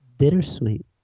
bittersweet